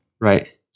right